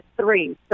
three